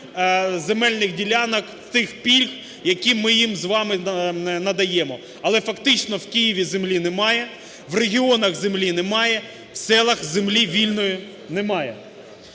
земельних ділянок і тих пільг, які ми їм з вами надаємо. Але фактично в Києві землі немає, в регіонах землі немає, в селах землі вільної немає.